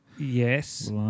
Yes